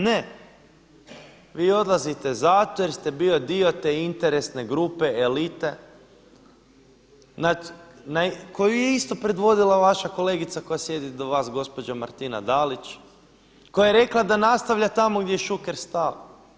Ne, vi odlazite zato jer ste bio dio te interesne grupe, elite koju je isto predvodila vaša kolegica koja sjedi do vas gospođa Martina Dalić, koja je rekla da nastavlja tamo gdje je Šuker stao.